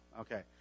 okay